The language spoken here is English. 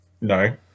No